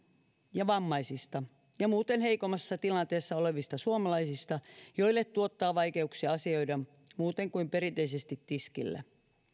ja vammaisista ja muuten heikommassa tilanteessa olevista suomalaisista joille tuottaa vaikeuksia asioida muuten kuin perinteisesti tiskillä